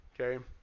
Okay